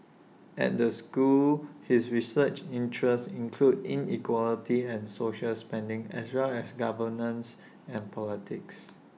at the school his research interests include inequality and social spending as well as governance and politics